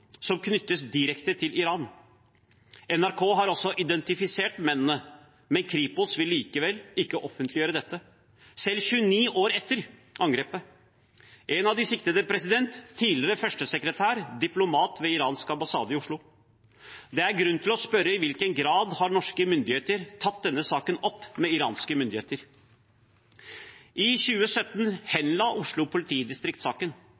som knyttes direkte til Iran. NRK har også identifisert mennene, men Kripos vil likevel ikke offentliggjøre dette – selv 29 år etter angrepet. En av de siktede er tidligere førstesekretær og diplomat ved den iranske ambassaden i Oslo. Det er grunn til å spørre i hvilken grad norske myndigheter har tatt opp denne saken med iranske myndigheter. I